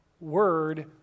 word